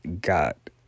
got